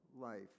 life